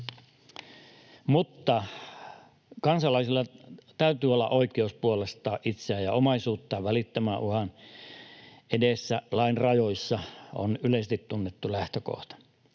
Mutta kansalaisilla täytyy olla oikeus puolustaa itseään ja omaisuuttaan välittömän uhan edessä lain rajoissa, se on yleisesti tunnettu lähtökohta.